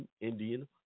Indian